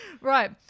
Right